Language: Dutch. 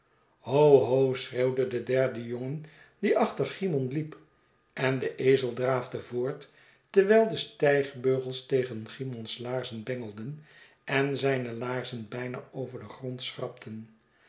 schreeuwde de derde jongen die achter cymon liep en de ezel draafde voort terwijl de stijgbeugels tegen cymon's laarzen bengelden en zijne laarzen bijna over den grond schrapten